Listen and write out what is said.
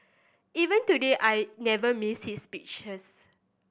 even today I never miss his speeches